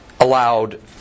allowed